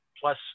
Plus